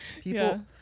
People